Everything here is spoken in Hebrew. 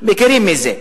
מכירים מי זה.